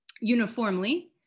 uniformly